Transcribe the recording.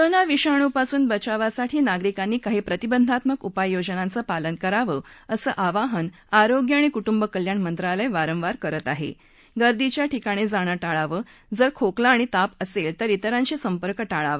corona विषाणूपासून बचावासाठी नागरिकांनी काही प्रतिबंधात्मक उपाययोजनांचं पालन करावं असं आवाहन आरोग्य आणि कुटुंब कल्याण मंत्रालय वारंवार करत आह उर्दीच्या ठिकाणी जाणं टाळावं जर खोकला आणि ताप असद्वीतर विरांशी संपर्क टाळावा